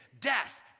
death